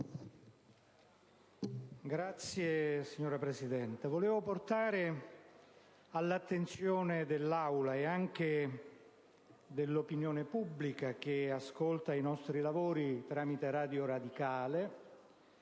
*(IdV)*. Signora Presidente, volevo portare all'attenzione dell'Aula e anche dell'opinione pubblica, che ascolta i nostri lavori tramite Radio Radicale,